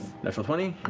natural twenty